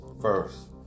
first